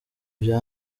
vya